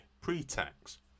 pre-tax